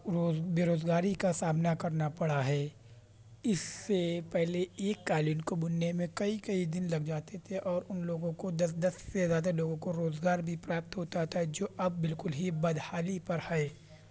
روز بے روزگاری کا سامنا کرنا پڑا ہے اس سے پہلے ایک قالین کو بننے میں کئی کئی دن لگ جاتے تھے اور ان لوگوں کو دس دس سے زیادہ لوگوں کو روزگار بھی پراپت ہوتا تھا جو اب بالکل ہی بدحالی پر ہے